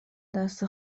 دست